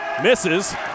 Misses